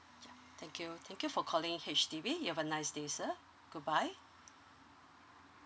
thank you thank you for calling H_D_B you have a nice day sir good bye